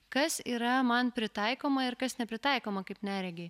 kas yra man pritaikoma ir kas nepritaikoma kaip neregiui